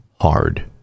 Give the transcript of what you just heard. hard